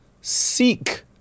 seek